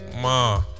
Ma